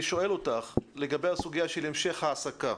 אני שואל אותך לגבי הסוגיה של המשך העסקה.